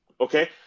Okay